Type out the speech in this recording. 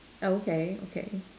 okay okay